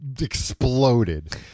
exploded